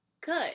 good